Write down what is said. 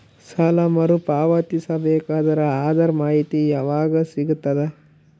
ಸಾಲ ಮರು ಪಾವತಿಸಬೇಕಾದರ ಅದರ್ ಮಾಹಿತಿ ಯವಾಗ ಸಿಗತದ?